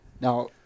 Now